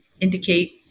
indicate